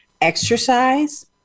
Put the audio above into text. exercise